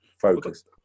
focused